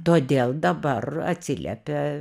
todėl dabar atsiliepia